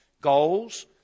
goals